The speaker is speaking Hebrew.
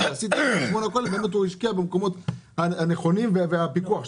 שעשיתם בדיקות ובאמת הוא השקיע במקומות הנכונים והפיקוח שלכם.